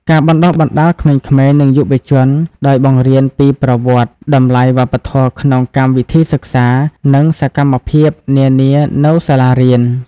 ការបណ្តុះបណ្តាលក្មេងៗ និងយុវជន ដោយបង្រៀនពីប្រវត្តិ តម្លៃវប្បធម៌ក្នុងកម្មវិធីសិក្សា និងសកម្មភាពនានានៅសាលារៀន។